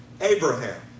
Abraham